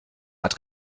art